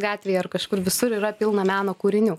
gatvėje ar kažkur visur yra pilna meno kūrinių